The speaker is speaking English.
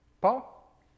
Paul